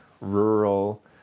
rural